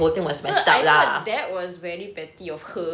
so I thought that was very petty of her